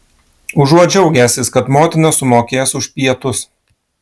užuot džiaugęsis kad motina sumokės už pietus